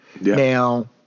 Now